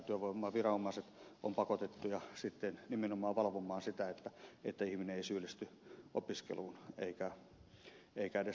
työvoimaviranomaiset ovat sitten pakotettuja nimenomaan valvomaan sitä että ihminen ei syyllisty opiskeluun eikä edes salaa opiskele